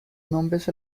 nombres